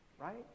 right